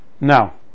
Now